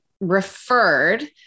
Referred